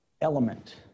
element